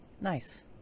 Nice